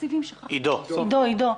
לעידו סופר,